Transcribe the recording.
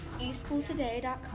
eschooltoday.com